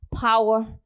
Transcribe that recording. power